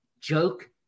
joke